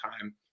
time